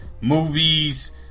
movies